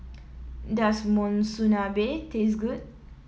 does Monsunabe taste good